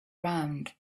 round